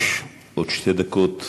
יש לך עוד שתי דקות לדבר,